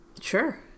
Sure